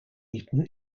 eaten